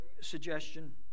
suggestion